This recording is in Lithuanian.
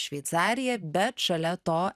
šveicariją bet šalia to